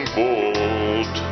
bold